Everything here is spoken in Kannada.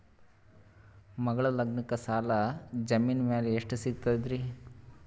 ಮಗಳ ಲಗ್ನಕ್ಕ ಸಾಲ ಜಮೀನ ಮ್ಯಾಲ ಎಷ್ಟ ಸಿಗ್ತದ್ರಿ?